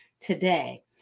today